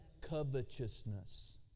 Covetousness